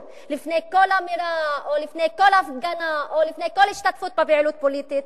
לפני כל אמירה או לפני כל הפגנה או לפני כל השתתפות בפעילות פוליטית?